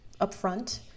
upfront